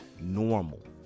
normal